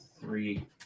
three